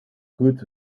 goed